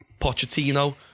Pochettino